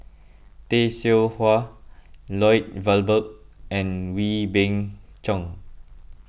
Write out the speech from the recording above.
Tay Seow Huah Lloyd Valberg and Wee Beng Chong